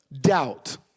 doubt